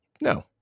no